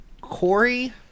Corey